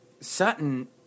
Sutton